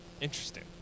Interesting